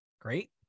Great